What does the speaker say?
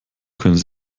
können